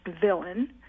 villain